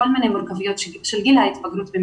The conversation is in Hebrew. כל מיני מורכבויות במיוחד של גיל ההתבגרות.